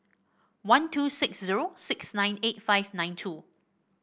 one two six zero six nine eight five nine two